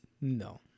No